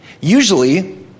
Usually